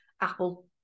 apple